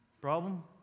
problem